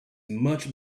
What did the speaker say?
much